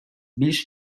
більш